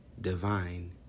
divine